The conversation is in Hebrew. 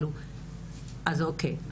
אז אוקיי.